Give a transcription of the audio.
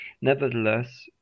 Nevertheless